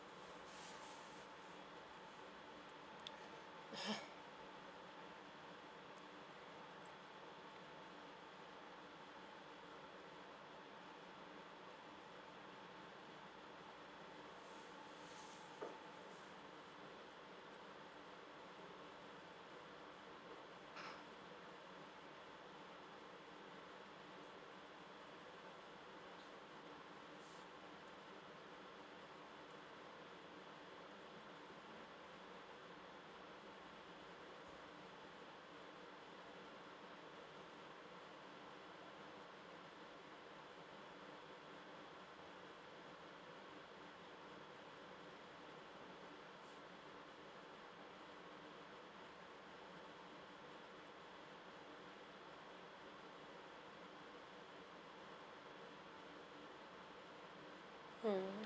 ppl) mm